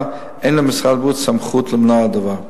אין למשרד הבריאות סמכות למנוע את הדבר.